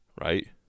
right